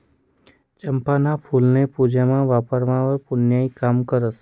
चंपाना फुल्ये पूजामा वापरावंवर पुन्याईनं काम रहास